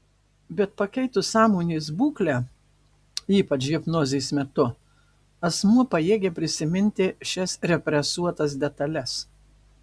bet pakeitus sąmonės būklę ypač hipnozės metu asmuo pajėgia prisiminti šias represuotas detales